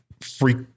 Freak